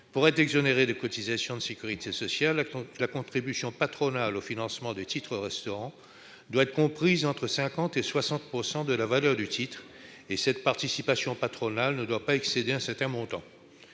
Pour être exonérée des cotisations de sécurité sociale, la contribution patronale au financement des titres-restaurant doit être comprise entre 50 % et 60 % de la valeur du titre ; par ailleurs, elle ne doit pas excéder un certain montant.